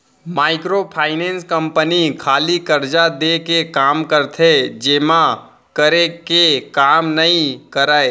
micro finance company खाली करजा देय के काम करथे जमा करे के काम नइ करय